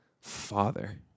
Father